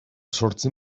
zortzi